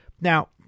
Now